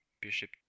bishop